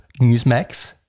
Newsmax